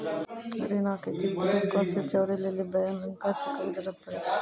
ऋणो के किस्त बैंको से जोड़ै लेली ब्लैंक चेको के जरूरत पड़ै छै